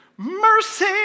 Mercy